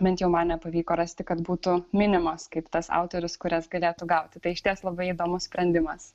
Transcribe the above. bent jau man nepavyko rasti kad būtų minimas kaip tas autorius kurias galėtų gauti tai išties labai įdomus sprendimas